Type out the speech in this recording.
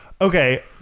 Okay